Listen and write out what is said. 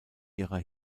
ihrer